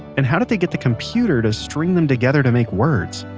and how did they get the computer to string them together to make words.